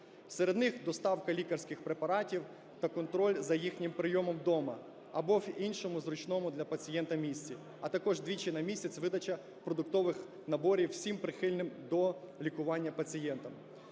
Серед них доставка лікарських препаратів та контроль за їхнім прийомом дома або в іншому зручному для пацієнта місці, а також двічі на місяць видача продуктових наборів усім прихильним до лікування пацієнтам.